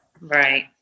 right